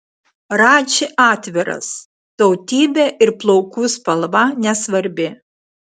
radži atviras tautybė ir plaukų spalva nesvarbi